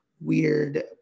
weird